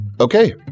Okay